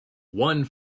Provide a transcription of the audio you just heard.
one